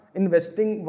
investing